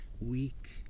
week